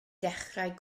dechrau